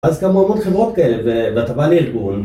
אז קמו המון חברות כאלה, ואתה בא לארגון.